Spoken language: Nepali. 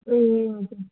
ए हजुर